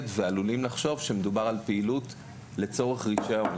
ועלולים לחשוב שמדובר על פעילות לצורך רישיון.